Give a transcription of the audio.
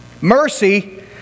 Mercy